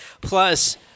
Plus